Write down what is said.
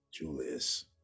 Julius